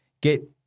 get